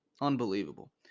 unbelievable